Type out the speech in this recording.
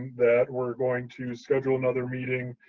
that we're going to schedule another meeting